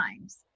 times